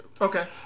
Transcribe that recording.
Okay